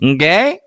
Okay